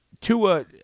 Tua